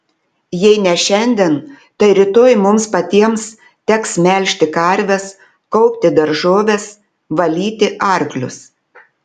jei ne šiandien tai rytoj mums patiems teks melžti karves kaupti daržoves valyti arklius